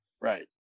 right